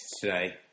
today